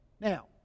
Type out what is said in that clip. Now